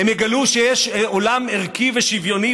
הם יגלו שיש עולם ערכי ושוויוני,